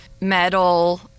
metal